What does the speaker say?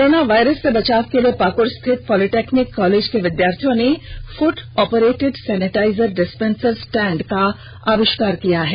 corona virus से बचाव के लिए पाकुड़ स्थित पॉलिटेक्निक कॉलेज के विद्यार्थियों ने foot operated sanitiser dispenser stand का आविष्कार किया है